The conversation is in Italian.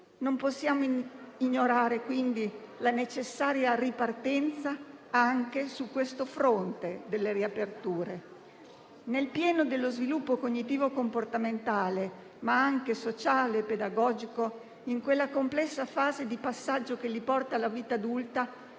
Non possiamo ignorare, quindi, la necessaria ripartenza anche in merito a questo fronte delle riaperture. Nel pieno dello sviluppo cognitivo comportamentale, ma anche sociale e pedagogico, in quella complessa fase di passaggio che porta alla vita adulta,